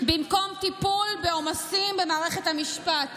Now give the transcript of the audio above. במקום טיפול בעומסים במערכת המשפט